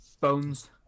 bones